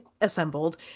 Assembled